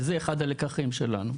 זה אחד הלקחים שלנו.